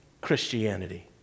Christianity